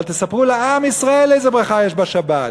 אבל תספרו לעם ישראל איזה ברכה יש בשבת.